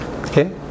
Okay